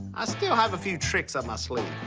i still have a few tricks up my sleeve.